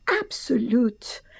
absolute